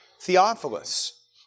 Theophilus